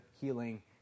healing